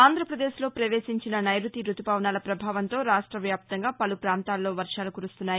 అంధ్రపదేశ్లో ప్రవేశించిన నైరుతి రుతుపవనాల ప్రభావంతో రాష్ట వ్వాప్తంగా పలు ప్రాంతాల్లో వర్వాలు కురుస్తున్నాయి